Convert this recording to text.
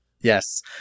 Yes